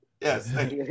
Yes